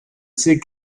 sais